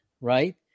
right